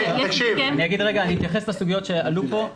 אני אתייחס לסוגיות שעלו פה.